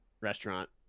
restaurant